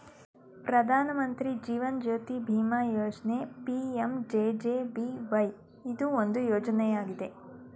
ಪ್ರಧಾನ ಮಂತ್ರಿ ಜೀವನ್ ಜ್ಯೋತಿ ಬಿಮಾ ಯೋಜ್ನ ಪಿ.ಎಂ.ಜೆ.ಜೆ.ಬಿ.ವೈ ಇದು ಒಂದು ಯೋಜ್ನಯಾಗಿದೆ